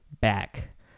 back